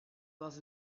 was